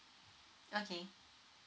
okay